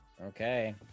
Okay